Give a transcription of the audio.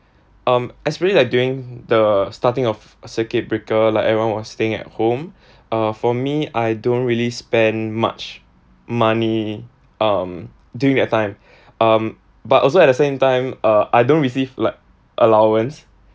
um especially like during the starting of circuit breaker like everyone was staying at home uh for me I don't really spend much money um during that time um but also at the same time uh I don't receive like allowance